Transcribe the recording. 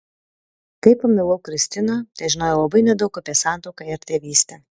kai pamilau kristiną težinojau labai nedaug apie santuoką ir tėvystę